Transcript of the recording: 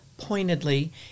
Pointedly